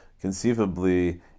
conceivably